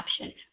option